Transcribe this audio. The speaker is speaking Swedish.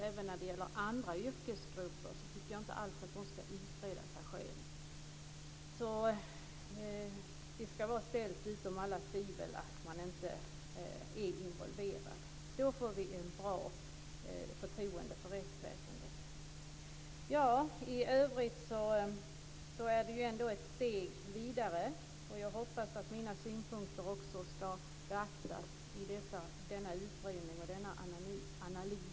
Jag tycker inte heller att andra yrkesgrupper ska utreda sig själva. Det ska vara ställt utom allt tvivel att man inte är involverad. Då får vi ett bra förtroende för rättsväsendet. I övrigt är det här ändå ett steg vidare. Jag hoppas att mina synpunkter också ska beaktas i denna utredning och analys.